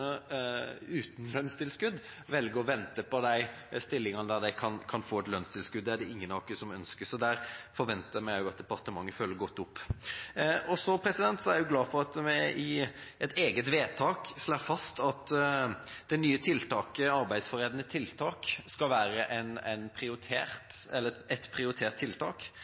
uten lønnstilskudd, velger å vente på de stillingene de kan få lønnstilskudd for. Det er det ingen av oss som ønsker, så der forventer vi at departementet følger godt opp. Så er jeg glad for at vi i et eget vedtak slår fast at det nye tiltaket Arbeidsforberedende trening skal være et prioritert tiltak,